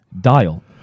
Dial